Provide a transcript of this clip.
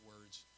words